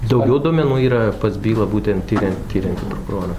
daugiau duomenų yra pas bylą būtent tirian tiriantį prokurorą